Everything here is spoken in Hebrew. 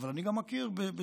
אבל אני גם מכיר בזכות